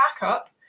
backup